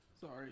Sorry